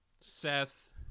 Seth